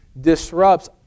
disrupts